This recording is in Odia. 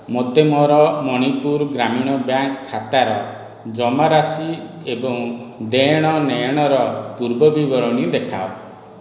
ମୋତେ ମୋର ମଣିପୁର ଗ୍ରାମୀଣ ବ୍ୟାଙ୍କ୍ ଖାତାର ଜମାରାଶି ଏବଂ ଦେଣନେଣର ପୂର୍ବବିବରଣୀ ଦେଖାଅ